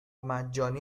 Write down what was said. مجانی